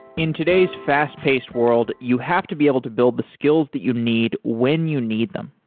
in today's fast-paced world, you have to be able to build the skills that you need when you need them.